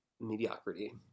mediocrity